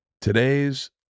today's